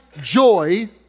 joy